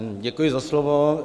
Děkuji za slovo.